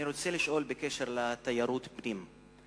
אני רוצה לשאול בקשר לתיירות פנים,